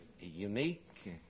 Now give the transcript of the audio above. Unique